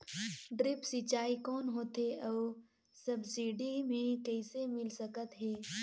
Drip सिंचाई कौन होथे अउ सब्सिडी मे कइसे मिल सकत हे?